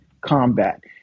combat